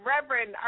Reverend